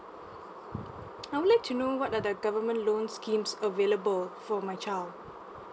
I would like to know what are the government loan schemes available for my child